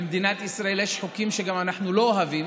במדינת ישראל יש חוקים שגם אנחנו לא אוהבים,